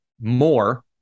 more